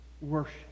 Worship